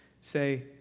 say